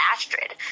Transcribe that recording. Astrid